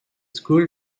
school